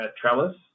trellis